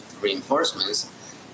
reinforcements